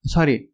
Sorry